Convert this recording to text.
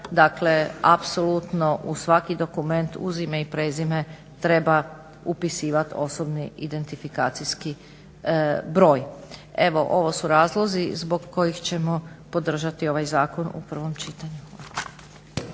dakle apsolutno u svaki dokument uz ime i prezime treba upisivati OIB. Evo ovo su razlozi zbog kojih ćemo podržati ovaj zakon u prvom čitanju.